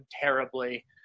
terribly